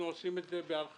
אנחנו עושים את זה בהרחבה